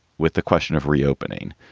with the question of reopening.